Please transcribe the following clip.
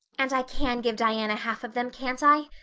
and i can give diana half of them, can't i?